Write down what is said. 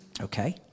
Okay